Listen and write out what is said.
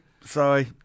sorry